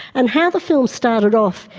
and how the film started off,